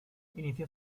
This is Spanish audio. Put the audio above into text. inició